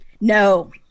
No